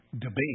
debate